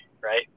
right